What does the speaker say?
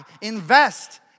Invest